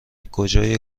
کجای